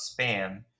spam